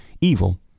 evil